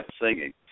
singing